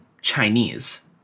Chinese